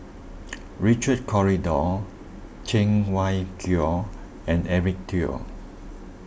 Richard Corridon Cheng Wai Keung and Eric Teo